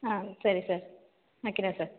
ஆ சரி சார் வைக்கிறேன் சார்